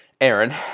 Aaron